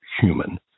human